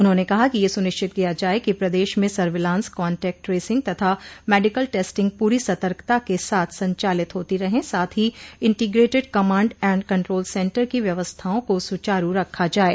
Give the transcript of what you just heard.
उन्होंने कहा कि यह सुनिश्चित किया जाये कि प्रदेश में सर्विलांस कान्टैक्ट ट्रेसिंग तथा मेडिकल टेस्टिंग पूरी सतर्कता के साथ संचालित होती रहें साथ ही integrated command and control centre की व्यवस्थाओं को सुचारू रखा जाये